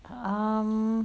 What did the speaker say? um